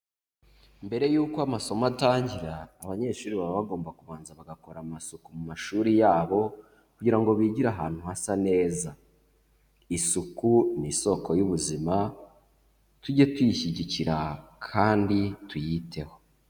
Mbere yuko amasomo atangira abanyeshuri baba bagomba kubanza bagakora amasuku mu mashuri yabo kugira ngo bigire ahantu hasa neza. Isuku ni isoko y'ubuzima, tujye tuyishyigikira kandi tuyiteho.